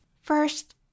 First